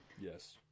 Yes